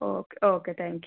okay okay thank you